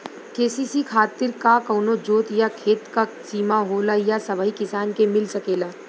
KCC खातिर का कवनो जोत या खेत क सिमा होला या सबही किसान के मिल सकेला?